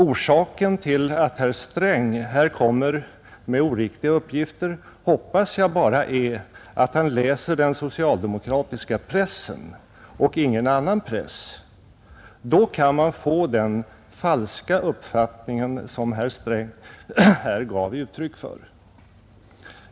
Orsaken till att herr Sträng nu lämnar oriktiga uppgifter hoppas jag är att herr Sträng bara läser den socialdemokratiska pressen och ingen annan press. Då kan man få den felaktiga uppfattning som herr Sträng här gav uttryck åt.